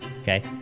okay